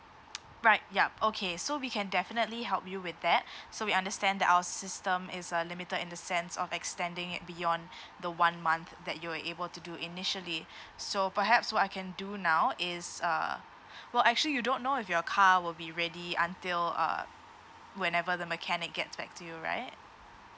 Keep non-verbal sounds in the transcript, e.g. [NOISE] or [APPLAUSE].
[NOISE] right ya okay so we can definitely help you with that so we understand that our system is a limited in the sense of extending it beyond [BREATH] the one month that you were able to do initially so perhaps what I can do now is uh well actually you don't know if your car will be ready until uh whenever the mechanic gets back to you right